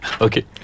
Okay